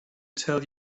tell